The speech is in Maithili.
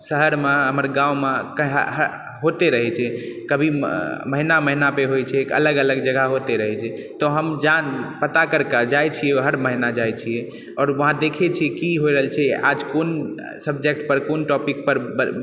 शहरमे हमर गाँवमे होते रहै छै कभी महीना महीना पर होइ छै अलग अलग जगह होइते रहै छै तऽ हम पता करिकए जाइ छियै हर महीना जाइ छियै आओर वहाँ देखै छियै की हो रहल छै आज कोन सबजेक्टपर कोन टॉपिकपर ब ब